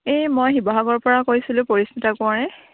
এই মই শিৱসাগৰ পৰা কৈছিলোঁ পৰিস্মিতা কোঁৱৰে